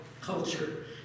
culture